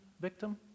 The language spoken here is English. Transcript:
victim